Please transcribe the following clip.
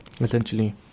essentially